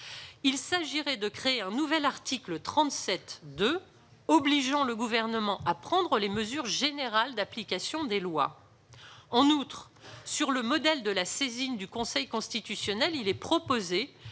la création d'un nouvel article 37-2 obligeant le Gouvernement à prendre les mesures générales d'application des lois. En outre, sur le modèle de la saisine du Conseil constitutionnel, il est proposé